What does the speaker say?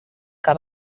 que